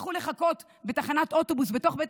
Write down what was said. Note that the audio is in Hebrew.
ויצטרכו לחכות בתחנת אוטובוס בתוך בית